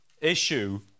issue